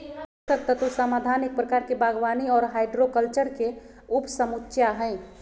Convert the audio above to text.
पोषक तत्व समाधान एक प्रकार के बागवानी आर हाइड्रोकल्चर के उपसमुच्या हई,